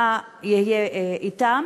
יהיה אתם.